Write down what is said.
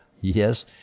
Yes